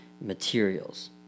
materials